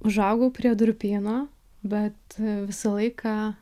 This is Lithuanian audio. užaugau prie durpyno bet visą laiką